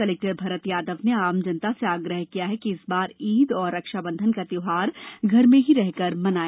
collector Bharat Yadav ने आम जनता से आग्रह किया है कि इस बार ईद और रक्षाबंधन घर में ही रहकर मनाए